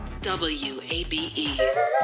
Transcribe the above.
WABE